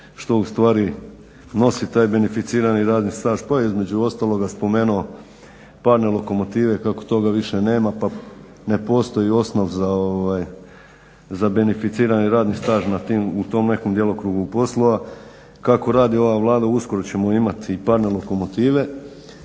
što u stvari nosi taj beneficirani radni staž pa je između ostaloga spomenuo parne lokomotive kako toga više nema, pa ne postoji osnov za beneficirani radni staž u tom nekom djelokrugu poslova. Kako radi ova Vlada uskoro ćemo imati i parne lokomotive.